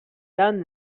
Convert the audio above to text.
done